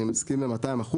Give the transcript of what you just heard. אני מסכים ב-200%,